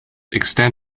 extend